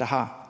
har.